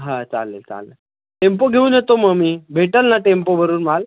हां चालेल चालेल टेम्पो घेऊन येतो मग मी भेटेल ना टेम्पो भरून माल